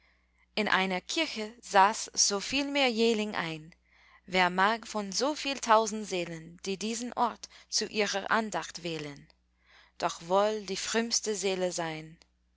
in einer kirche saß so fiel mir jähling ein wer mag von so viel tausend seelen die diesen ort zu ihrer andacht wählen doch wohl die frömmste seele sein